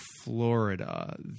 Florida